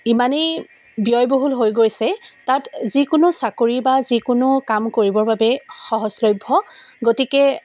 ইমানে ব্যয়বহুল হৈ গৈছে তাত যিকোনো চাকৰি বা যিকোনো কাম কৰিবৰ বাবে সহজলভ্য গতিকে